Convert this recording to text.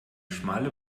schmale